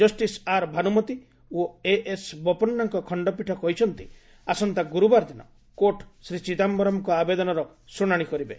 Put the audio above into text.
justice R Bhanumathi ଓ A S ବୋପନ୍ନାଙ୍କ ଖଣ୍ଡପୀଠ କହିଛନ୍ତି ଆସନ୍ତା ଗୁରୁବାର ଦିନ କୋର୍ଟ ଶ୍ରୀ ଚିଦାୟରମ୍ଙ୍କ ଆବେଦନର ଶୁଣାଣି କରିବେ